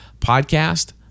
podcast